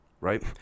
Right